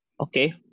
Okay